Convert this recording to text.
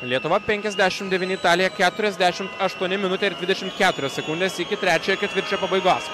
lietuva penkiasdešimt devyni italija keturiasdešimt aštuoni minutė ir dvidešimt keturios sekundės iki trečiojo ketvirčio pabaigos